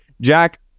Jack